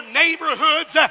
neighborhoods